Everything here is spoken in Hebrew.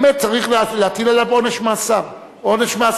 באמת צריך להטיל עליו עונש מאסר בפועל.